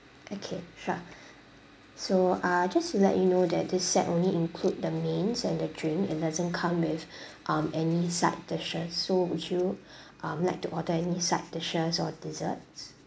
okay sure so uh just to let you know that this set only include the mains and the drink it doesn't come with um any side dishes so would you um like to order any side dishes or desserts